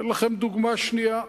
אני אתן לכם דוגמה שנייה.